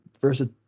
versus